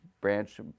branch